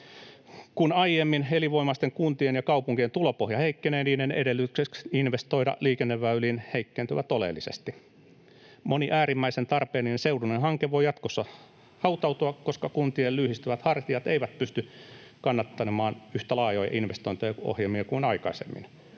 Kun aiemmin elinvoimaisten kuntien ja kaupunkien tulopohja heikkenee, niiden edellytykset investoida liikenneväyliin heikentyvät oleellisesti. Moni äärimmäisen tarpeellinen seudullinen hanke voi jatkossa hautautua, koska kun-tien lyyhistyvät hartiat eivät pysty kannattelemaan yhtä laajoja investointiohjelmia kuin aikaisemmin.